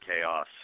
chaos